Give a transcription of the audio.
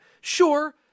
Sure